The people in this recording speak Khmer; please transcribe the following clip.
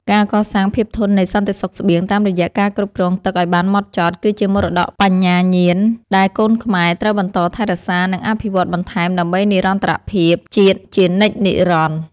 ការកសាងភាពធន់នៃសន្តិសុខស្បៀងតាមរយៈការគ្រប់គ្រងទឹកឱ្យបានហ្មត់ចត់ គឺជាមរតកបញ្ញាញាណដែលកូនខ្មែរត្រូវបន្តថែរក្សា និងអភិវឌ្ឍបន្ថែមដើម្បីនិរន្តរភាពជាតិជានិច្ចនិរន្តរ៍។